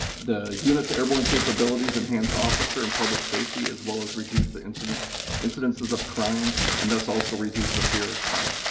the unit's airborne capabilities enhance officer and public safety, as well as reduce the incidences incidences of crime, and thus also reduce the fear of crime.